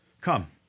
Come